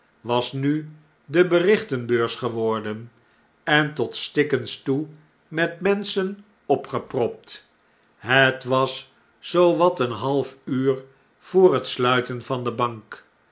was nu de berichtenbeurs geworden en tot stikkens toe met menschen opgepropt het was zoo wat een half uur voor het sluiten van de bank